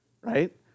right